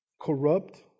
Corrupt